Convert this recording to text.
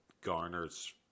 garners